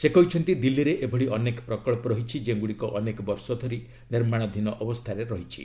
ସେ କହିଛନ୍ତି ଦିଲ୍ଲୀରେ ଏଭଳି ଅନେକ ପ୍ରକଳ୍ପ ରହିଛି ଯେଉଁଗୁଡ଼ିକ ଅନେକ ବର୍ଷ ଧରି ନିର୍ମାଣାଧୀନ ଅବସ୍ଥାରେ ଅଛି